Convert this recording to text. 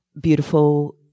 beautiful